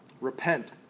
Repent